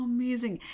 Amazing